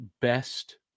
best